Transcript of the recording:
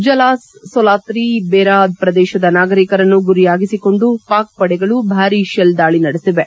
ಝುಲಾಸ್ ಸೋಲಾತ್ರಿ ಭೆರಾ ಪ್ರದೇಶದ ನಾಗರಿಕರನ್ನು ಗುರಿಯಾಗಿಸಿಕೊಂಡು ಪಾಕ್ ಪಡೆಗಳು ಭಾರಿ ಶೆಲ್ ದಾಳಿ ನಡೆಸಿವೆ